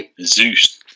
Zeus